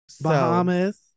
Bahamas